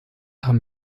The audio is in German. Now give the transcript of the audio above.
haben